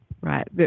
Right